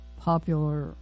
popular